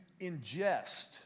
ingest